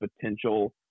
potential